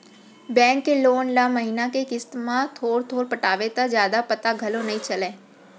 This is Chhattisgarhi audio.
बेंक के लोन ल महिना के किस्त म थोर थोर पटाबे त जादा पता घलौ नइ चलय